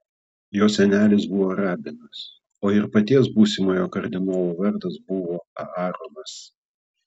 jo senelis buvo rabinas o ir paties būsimojo kardinolo vardas buvo aaronas